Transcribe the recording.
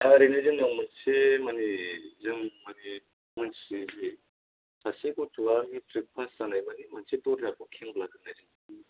दा ओरैनो जोंनाव मोनसे मानि जों माने मिन्थियोदि सासे गथ'आ मेट्रिक पास जानाय माने मोनसे दर्जाखौ खेंब्लाहोनाय